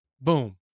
Boom